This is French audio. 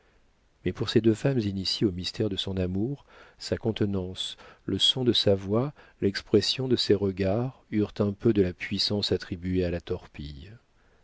mais pour ces deux femmes initiées aux mystères de son amour sa contenance le son de sa voix l'expression de ses regards eurent un peu de la puissance attribuée à la torpille